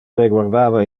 reguardava